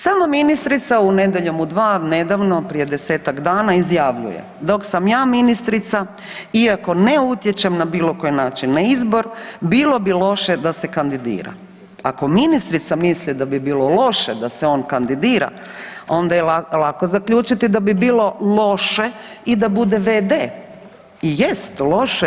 Sama ministrica u Nedjeljom u 2 nedavno, prije 10-tak dana izjavljuje: „Dok sam ja ministrica iako ne utječem na bilo koji način na izbor bilo bi loše da se kandidira.“ Ako ministrica misli da bi bilo loše da se on kandidira onda je lako zaključiti da bi bilo loše i da bude v.d. I jest loše.